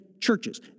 churches